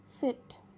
fit